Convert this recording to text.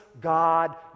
God